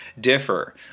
differ